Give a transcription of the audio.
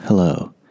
Hello